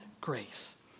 grace